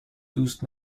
دوست